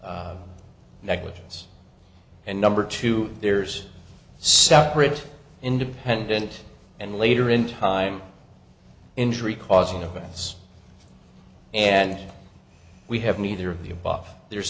negligence and number two there's a separate independent and later in time injury causing offense and we have neither of the above there